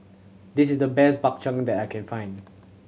this is the best Bak Chang that I can find